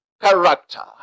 character